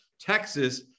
Texas